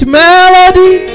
melody